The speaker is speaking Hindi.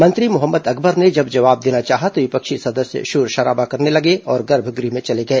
मंत्री मोहम्मद अकबर ने जब जवाब देना चाहा तो विपक्षी सदस्य शोर शराबा करने लगे और गर्भगृह में चले गए